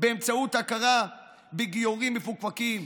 באמצעות הכרה בגיורים מפוקפקים,